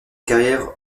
carrière